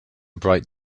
bright